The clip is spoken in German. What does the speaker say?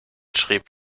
schrieb